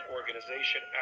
Organization